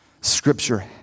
Scripture